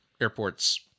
airport's